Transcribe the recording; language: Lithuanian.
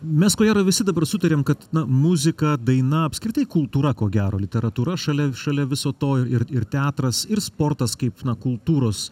mes ko gero visi dabar sutarėm kad muzika daina apskritai kultūra ko gero literatūra šalia šalia viso to ir ir teatras ir sportas kaip na kultūros